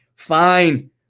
Fine